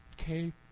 okay